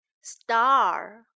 Star